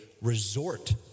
resort